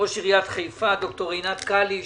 ראש עיריית חיפה, ד"ר עינת קליש.